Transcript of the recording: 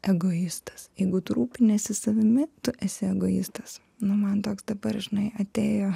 egoistas jeigu tu rūpiniesi savimi tu esi egoistas nu man toks dabar žinai atėjo